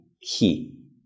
key